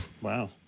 Wow